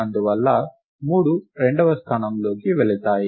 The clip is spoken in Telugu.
అందువలన మూడు రెండవ స్థానంలోకి వెళతాయి